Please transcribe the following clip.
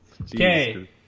okay